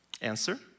Answer